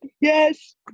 Yes